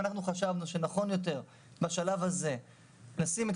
אנחנו חשבנו שנכון יותר בשלב הזה לשים את